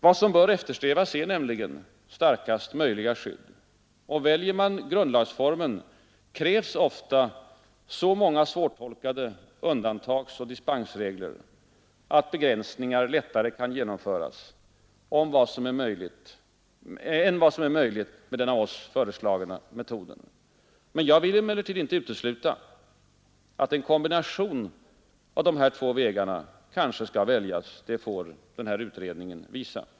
Vad som bör eftersträvas är nämligen starkaste liga skydd, och väljer man grundlagsformen krävs ofta så många svårtolkade undantagsoch dispensregler att begränsningar lättare kan genomföras än vad som är möjligt med den av oss föreslagna metoden. Jag vill emellertid inte utesluta att en kompromiss av de här två vägarna kanske skall väljas. Det får utredningen visa.